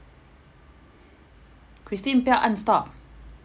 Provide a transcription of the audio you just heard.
christine 不要按 stop